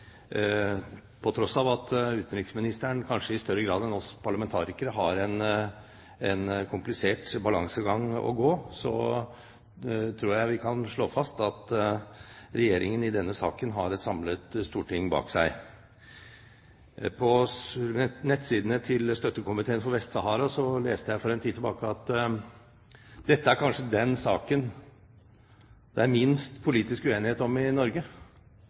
På tross av at utenriksministeren kanskje i større grad enn vi parlamentarikere har en komplisert balansegang å gå, tror jeg vi kan slå fast at Regjeringen i denne saken har et samlet storting bak seg. På nettsidene til Støttekomiteen for Vest-Sahara leste jeg for en tid tilbake at dette kanskje er den saken det er minst politisk uenighet om i Norge,